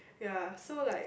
ya so like